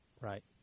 Right